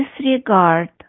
disregard